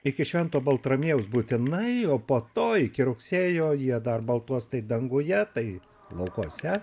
iki švento baltramiejaus būtinai o po to iki rugsėjo jie dar baltuos tai danguje tai laukuose